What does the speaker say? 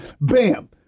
bam